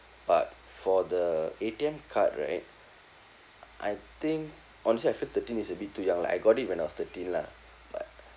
but for the A_T_M card right I think honestly I feel thirteen is a bit too young lah I got it when I was thirteen lah but